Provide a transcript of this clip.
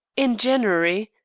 in january,